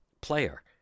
player